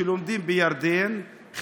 שלומדים בירדן,